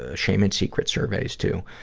ah shame and secret surveys, too.